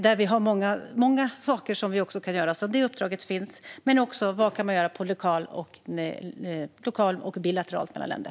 Det finns många saker vi kan göra. Det uppdraget finns. Det handlar också om vad man kan göra på lokal nivå och bilateralt, mellan länder.